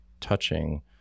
touching